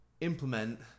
implement